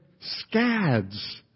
scads